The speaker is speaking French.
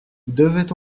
devait